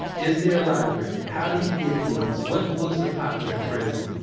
is there a library. how do you get books? what books are popular in prison?